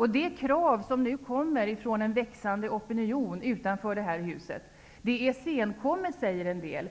En del säger att de krav som nu kommer från en växande opinion utanför huset är senkomna.